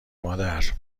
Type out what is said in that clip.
مادر